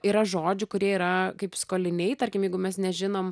yra žodžių kurie yra kaip skoliniai tarkim jeigu mes nežinom